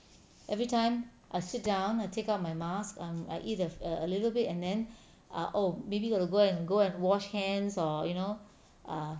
everytime I sit down I take out my mask um I eat a little bit and then err oh maybe got to go and go and wash hands or you know err